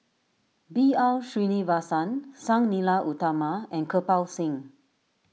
B R Sreenivasan Sang Nila Utama and Kirpal Singh